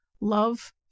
Love